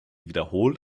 wiederholt